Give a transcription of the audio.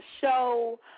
show